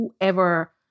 whoever